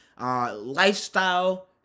lifestyle